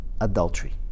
adultery